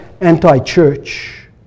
anti-church